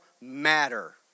matter